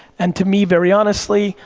and to me, very honestly,